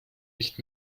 nicht